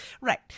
Right